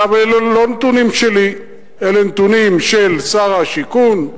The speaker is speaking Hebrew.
אלה לא נתונים שלי, אלה נתונים של שר השיכון,